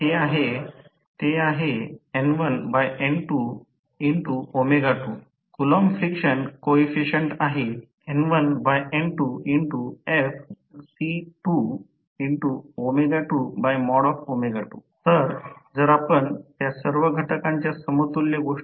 नंतर मी मंडल आकृत्यासह दाखवीन की प्रतिकार कसा जोडला जाऊ शकतो आणि नंतर शेवटी जेव्हा हळूहळू आणि हळूहळू प्रतिकार कमी केला जातो आणि या सर्व गोष्टी एकत्र शॉर्ट सर्किट असतात